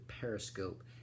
Periscope